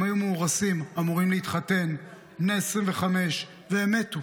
הם היו מאורסים, אמורים להתחתן, בני 25, והם מתו.